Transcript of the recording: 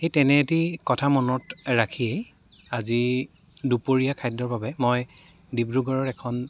সেই তেনে এটি কথা মনত ৰাখি আজি দুপৰীয়া খাদ্য়ৰ বাবে মই ডিব্ৰুগড়ৰ এখন